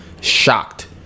shocked